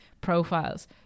profiles